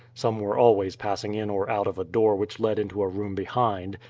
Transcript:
some were always passing in or out of a door which led into a room behind.